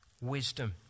Wisdom